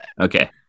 Okay